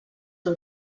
del